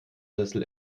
sessel